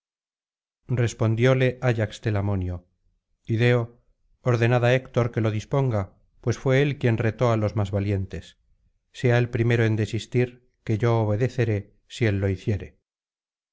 respondióle ayax telamonio ideo ordenad á héctor que lo disponga pues fué él quien retó á los más valientes sea el primero en desistir que yo obedeceré si él lo hiciere